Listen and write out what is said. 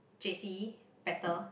J_C better